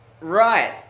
Right